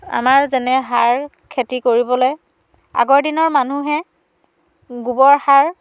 আমাৰ যেনে সাৰ খেতি কৰিবলৈ আগৰ দিনৰ মানুহে গোৱৰ সাৰ